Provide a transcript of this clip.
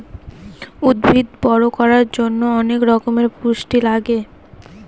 উদ্ভিদ বড়ো করার জন্য অনেক রকমের পুষ্টি লাগে